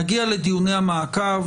נגיע לדיוני המעקב,